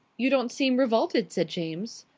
you don't seem revolted, said james.